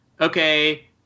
okay